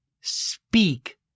speak